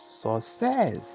success